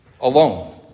alone